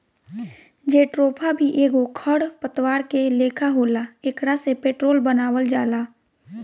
jatropha भी एगो खर पतवार के लेखा होला एकरा से पेट्रोल बनावल जाला